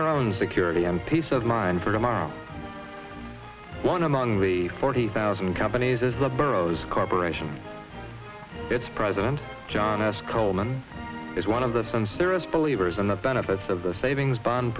their own security and peace of mind for tomorrow one among the forty thousand companies is the burros corporation its president john f coleman is one of the some serious believers in the benefits of the savings bond